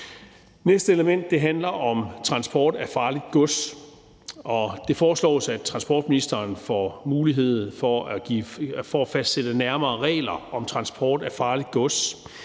næste element handler om transport af farligt gods. Det foreslås, at transportministeren får mulighed for at fastsætte nærmere regler for transport af farligt gods,